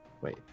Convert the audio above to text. Wait